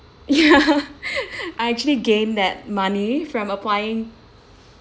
ya I actually gained that money from applying